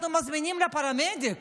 אנחנו מזמינים לה פרמדיק